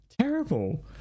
terrible